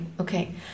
okay